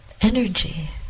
energy